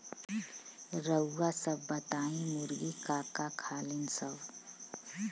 रउआ सभ बताई मुर्गी का का खालीन सब?